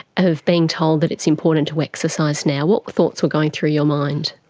of being told that it's important to exercise now? what thoughts were going through your mind?